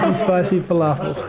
um spicy falafels.